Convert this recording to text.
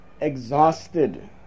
exhausted